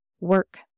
work